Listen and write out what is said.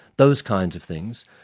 those kinds of things.